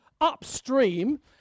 upstream